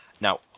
now